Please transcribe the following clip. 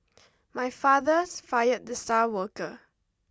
my father's fired the star worker